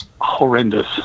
horrendous